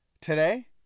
Today